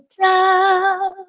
down